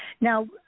Now